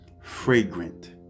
fragrant